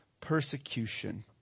persecution